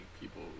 people